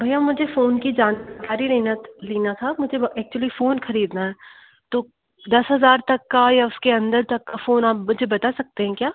भैया मुझे फ़ोन की जानकारी लेना त लेना था मुझे वो एक्चुअली फ़ोन ख़रीदना है तो दस हज़ार तक का या उसके अंदर तक का फ़ोन आप मुझे बता सकते हैं क्या